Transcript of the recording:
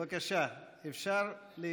בבקשה, אפשר להירשם.